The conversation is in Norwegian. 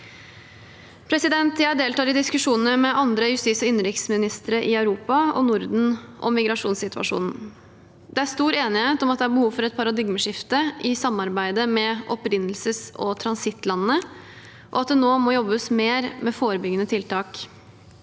bidragsyter. Jeg deltar i diskusjonene med andre justis- og innenriksministre i Europa og Norden om migrasjonssituasjonen. Det er stor enighet om at det er behov for et paradigmeskifte i samarbeidet med opprinnelses- og transittlandene, og at det nå må jobbes mer med forebyggende tiltak.